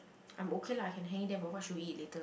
I'm okay lah can hang in there but what should we eat later